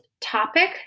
topic